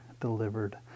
delivered